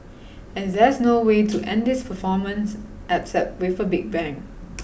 and there's no way to end this performance except with a big bang